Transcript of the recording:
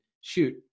shoot